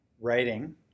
writing